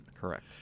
Correct